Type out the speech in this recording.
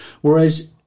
Whereas